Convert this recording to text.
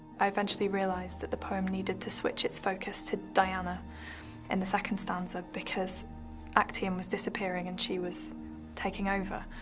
i eventually realised that the poem needed to switch its focus to diana in and the second stanza, because actaeon was disappearing and she was taking over.